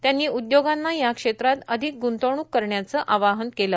त्यांनी उद्योगांना या क्षेत्रात अधिक ग्ंतवणूक करण्याचं आवाहन केलं